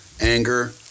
anger